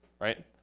right